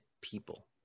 people